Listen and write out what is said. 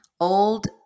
Old